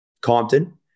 Compton